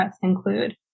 include